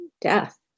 death